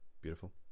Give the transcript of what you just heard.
Beautiful